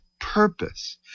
purpose